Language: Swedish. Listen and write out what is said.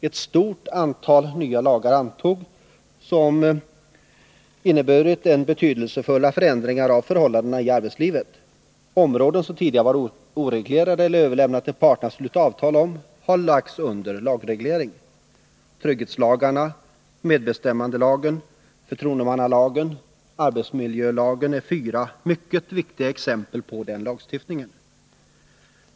Ett stort antal nya lagar antogs som innebar betydelsefulla förändringar av förhållandena i arbetslivet. Områden som tidigare varit oreglerade eller överlämnade till parterna att sluta avtal om har lagts under lagreglering. Trygghetslagarna, medbestämmandelagen, förtroendemannalagen och arbetsmiljölagen är fyra mycket viktiga exempel på den lagstiftningen.